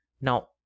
now